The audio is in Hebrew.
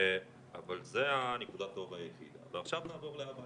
אבל זו נקודת האור היחידה ועכשיו נעבור לאבל